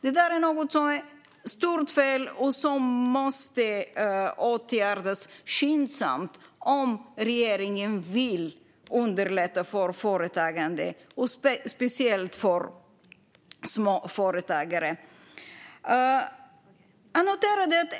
Det är ett stort fel som måste åtgärdas skyndsamt om regeringen vill underlätta för företagande och speciellt för småföretagare.